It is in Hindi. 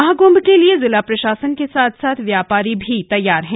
महाकुंभ के लिए जिला प्रशासन के साथ साथ व्यापारी भी तैयार है